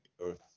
Earth